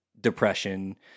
depression